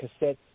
cassettes